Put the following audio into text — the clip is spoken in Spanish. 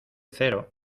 cero